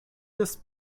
jest